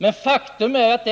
Men faktum är att